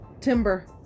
Timber